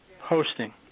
hosting